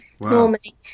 normally